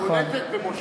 בולטת במושבה.